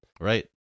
Right